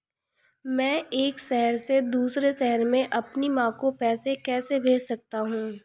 मैं एक शहर से दूसरे शहर में अपनी माँ को पैसे कैसे भेज सकता हूँ?